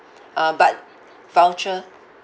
uh but voucher